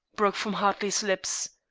broke from hartley's lips.